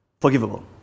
Forgivable